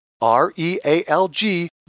R-E-A-L-G